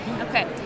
Okay